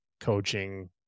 coaching